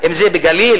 בגליל,